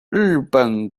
日本